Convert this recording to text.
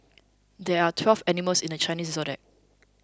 there are twelve animals in the Chinese zodiac